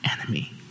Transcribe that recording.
enemy